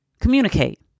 Communicate